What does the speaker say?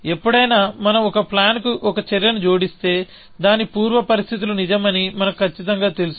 ఎప్పుడైనా మనం ఒక ప్లాన్ కు ఒక చర్యను జోడిస్తే దాని పూర్వ పరిస్థితులు నిజమని మనకు ఖచ్చితంగా తెలుసు